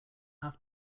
have